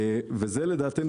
לדעתנו,